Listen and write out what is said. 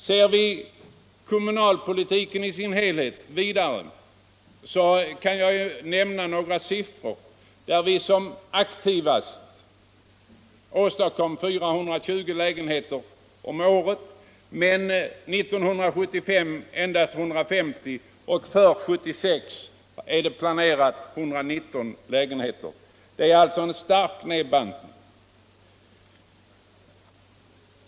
Ser vi kommunalpolitiken i dess helhet kan jag vidare nämna att när byggnadsverksamheten var som mest aktiv byggdes det 420 lägenheter om året, men år 1975 endast 150, och för år 1976 är 119 lägenheter planerade. Det är alltså en stark nedbantning.